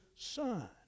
Son